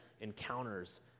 encounters